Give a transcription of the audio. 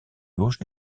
gauche